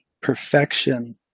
perfection